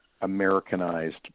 Americanized